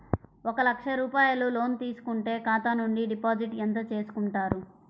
ఒక లక్ష రూపాయలు లోన్ తీసుకుంటే ఖాతా నుండి డిపాజిట్ ఎంత చేసుకుంటారు?